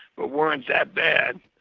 but weren't that bad.